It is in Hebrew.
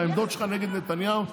והעמדות שלך נגד נתניהו,